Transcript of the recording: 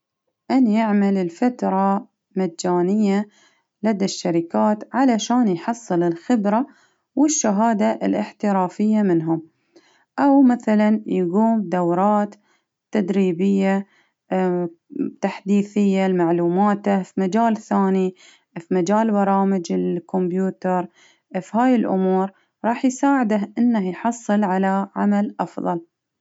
أن يعمل الفترة مجانية لدى الشركات، علشان يحصل الخبرة والشهادة الإحترافية منهم، أو مثلا يقوم دورات تدريبية تحديثية لمعلوماته في مجال ثاني، في مجال- مجال الكمبيوتر. في هاي الأمور راح يساعده إنه يحصل على عمل أفضل.